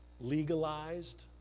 legalized